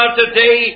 today